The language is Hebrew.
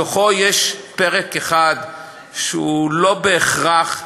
בתוכו יש פרק אחד שהוא לא בהכרח,